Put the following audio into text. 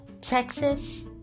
Texas